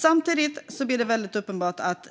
Samtidigt blir det väldigt uppenbart att